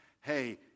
hey